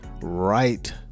right